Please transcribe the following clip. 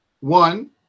One